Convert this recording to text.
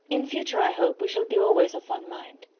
in future, i hope we shall be always of one mind.